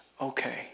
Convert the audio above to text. Okay